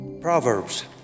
Proverbs